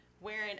wearing